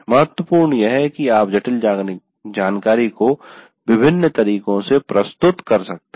महत्वपूर्ण लाभ यह है कि आप जटिल जानकारी को विभिन्न तरीकों से प्रस्तुत कर सकते हैं